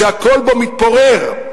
שהכול בו מתפורר.